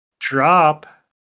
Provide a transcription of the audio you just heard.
Drop